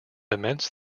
immense